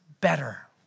Better